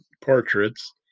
portraits